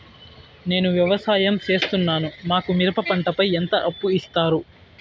నేను వ్యవసాయం సేస్తున్నాను, మాకు మిరప పంటపై ఎంత అప్పు ఇస్తారు